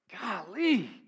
Golly